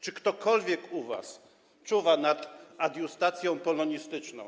Czy ktokolwiek u was czuwa nad adiustacją polonistyczną?